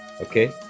Okay